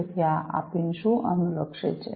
તેથી આ પિન શું અનુલક્ષે છે